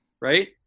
right